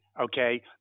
okay